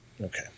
okay